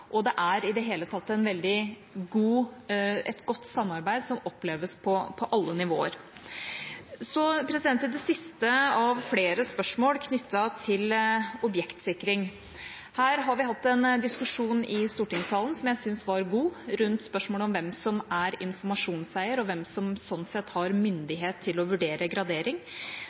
Det er i det hele tatt et godt samarbeid, slik det oppleves på alle nivåer. Så til det siste av flere spørsmål knyttet til objektsikring. Her har vi hatt en diskusjon i stortingssalen som jeg syns var god, rundt spørsmålet om hvem som er informasjonseier, og hvem som sånn sett har myndighet til å vurdere gradering.